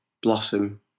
blossom